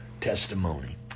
testimony